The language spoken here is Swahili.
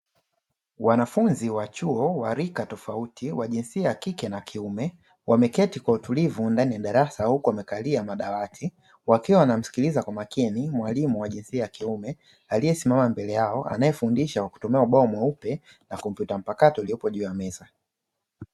Wanafunzi wa chuo wa rika tofauti wa jinsia ya kike na kiume wameketi kwa utulivu ndani ya darasa huku wamekalia madawati, wakiwa wanamsikiliza kwa makini mwalimu wa jinsia ya kiume aliyesimama mbele yao anayefundisha kwa kutumia ubao mweupe na kompyuta mpakato iliyopo huu ya meza.